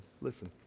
listen